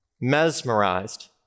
mesmerized